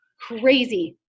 crazy